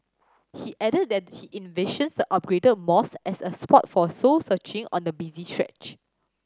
he added that he envisions the upgraded mosque as a spot for soul searching on the busy stretch